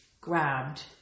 grabbed